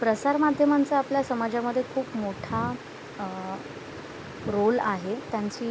प्रसारमाध्यमांचा आपल्या समाजामध्ये खूप मोठा रोल आहे त्यांची